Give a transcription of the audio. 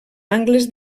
angles